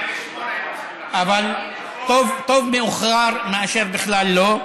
אבל טוב מאוחר מאשר בכלל לא,